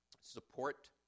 support